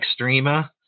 Extrema